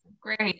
Great